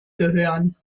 gehören